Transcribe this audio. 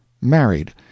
Married